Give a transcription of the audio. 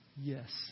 Yes